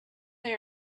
they